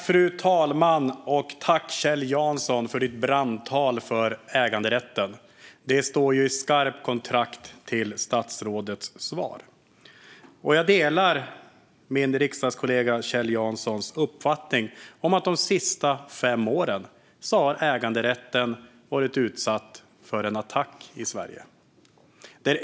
Fru talman! Tack, Kjell Jansson, för ditt brandtal för äganderätten! Det står i skarp kontrast till statsrådets svar. Jag delar min riksdagskollega Kjell Janssons uppfattning att äganderätten de senaste fem åren har varit utsatt för en attack i Sverige.